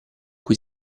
cui